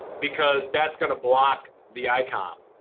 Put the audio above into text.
because that's going to block the icon.